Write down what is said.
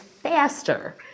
Faster